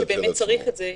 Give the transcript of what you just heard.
ברגעים שצריך את זה,